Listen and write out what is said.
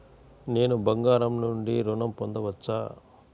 నేను బంగారం నుండి ఋణం పొందవచ్చా?